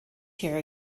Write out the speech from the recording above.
here